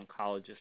oncologist